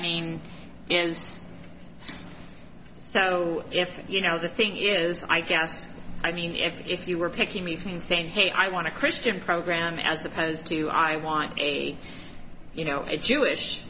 mean so if you know the thing is i guess i mean if you were picking me from saying hey i want to christian program as opposed to i want a you know a jewish